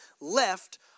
left